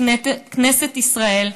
בכנסת ישראל,